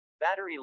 Battery